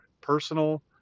personal